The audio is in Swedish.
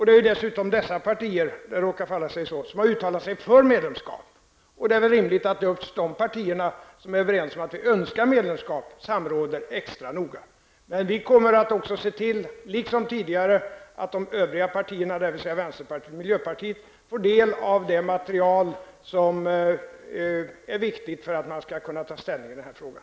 Det är dessutom -- det råkar vara så -- dessa partier som har uttalat sig för medlemskap. Det är väl då rimligt att vi med just de partier som är överens om ett medlemskap samråder extra noga. Vi kommer, liksom vi tidigare har gjort, att se till att också övriga partier, dvs. vänsterpartiet och miljöpartiet, får del av det material som är viktigt när det gäller att ta ställning i den här frågan.